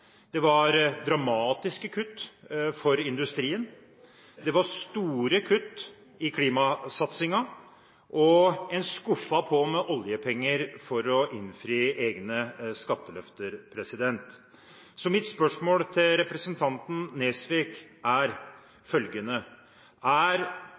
Det var dramatiske kutt for industrien. Det var store kutt i klimasatsingen, og en skuffet på med oljepenger for å innfri egne skatteløfter. Mitt spørsmål til representanten Nesvik er følgende: Er